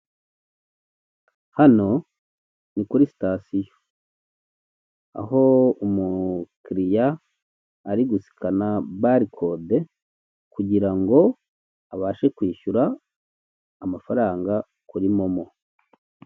Hano ni kuri sitasiyo aho umukiriya ari gusikana barikode kugira ngo abashe kwishyura amafaranga kuri momo.